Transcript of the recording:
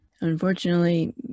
Unfortunately